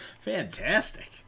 Fantastic